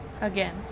again